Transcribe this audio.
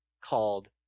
called